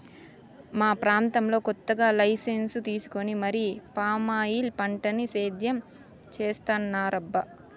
మా ప్రాంతంలో కొత్తగా లైసెన్సు తీసుకొని మరీ పామాయిల్ పంటని సేద్యం చేత్తన్నారబ్బా